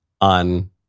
on